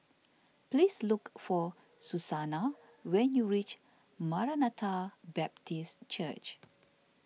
please look for Susana when you reach Maranatha Baptist Church